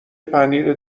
پنیر